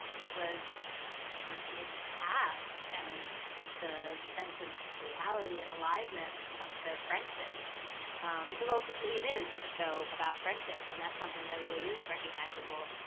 which was the chemistry of the cast and the sense of reality and aliveness of their friendships because, ultimately, it is a show about friendship, and that's something that really is recognizable,